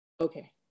Okay